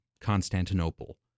Constantinople